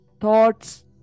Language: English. thoughts